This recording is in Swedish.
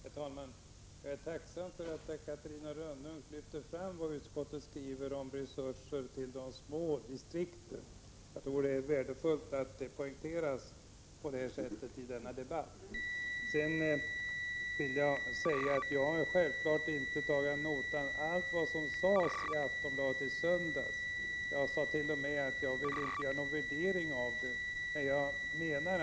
Herr talman! Jag är tacksam för att Catarina Rönnung nu lyfte fram vad utskottet skriver i frågan om resurser till de små distrikten. Jag tror att det är värdefullt att det på detta sätt poängteras i denna debatt. Självfallet har jag inte tagit ad notam allt vad som stod i artikeln i Aftonbladet i söndags. Jag sade tt.o.m. att jag inte ville göra någon värdering av uppgifterna.